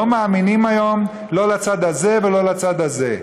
לא מאמינים היום, לא לצד הזה ולא לצד הזה.